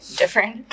different